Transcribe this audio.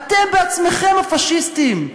אתם בעצמכם הפאשיסטים.